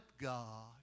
God